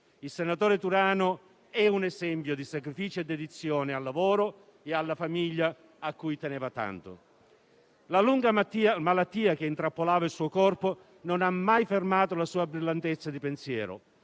Il senatore Turano è un esempio di sacrificio e dedizione al lavoro e alla famiglia, a cui teneva tanto. La lunga malattia che intrappolava il suo corpo non ne ha mai fermato la brillantezza di pensiero.